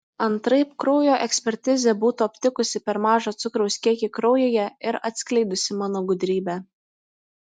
antraip kraujo ekspertizė būtų aptikusi per mažą cukraus kiekį kraujyje ir atskleidusi mano gudrybę